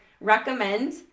recommend